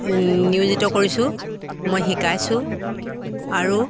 নিয়োজিত কৰিছোঁ মই শিকাইছোঁ আৰু